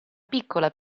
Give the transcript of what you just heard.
piccola